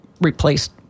replaced